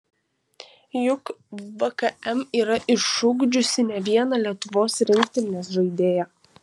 juk vkm yra išugdžiusi ne vieną lietuvos rinktinės žaidėją